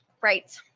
Right